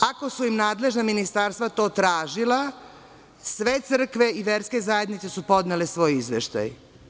Ako su im nadležna ministarstva to tražila sve crkve i verske zajednice su podnele svoj izveštaj.